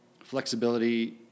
flexibility